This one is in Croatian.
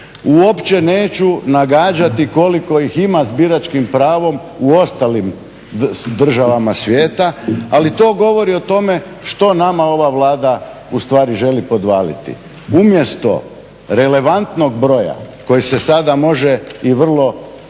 Uopće neću nagađati koliko ih ima sa biračkim pravom u ostalim državama svijeta. Ali to govori o tome šta nama ova Vlada ustvari želi podvaliti. Umjesto relevantnog broja koji se sada može i vrlo jasno